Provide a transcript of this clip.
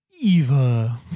Eva